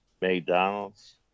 McDonald's